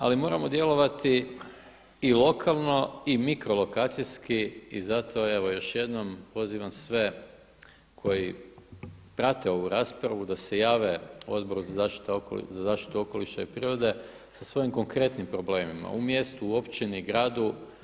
Ali moramo djelovati i lokalno i mikrolokacijski i zato evo još jednom pozivam sve koji prate ovu raspravu da se jave Odboru za zaštitu okoliša i prirode sa svojim konkretnim problemima u mjestu, u općini, gradu.